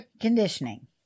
conditioning